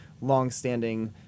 longstanding